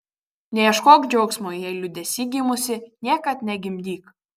neieškok džiaugsmo jei liūdesy gimusi niekad negimdyk